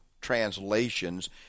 translations